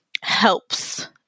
helps